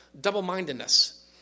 double-mindedness